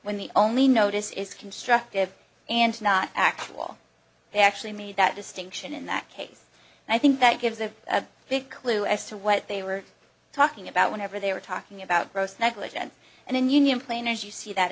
when the only notice is constructive and not actual they actually made that distinction in that case and i think that gives a big clue as to what they were talking about whenever they were talking about gross negligence and in union planers you see that